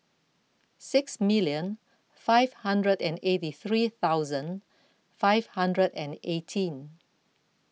six million five hundred and eighty three thousand five hundred and eighteen